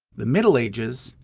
the middle ages,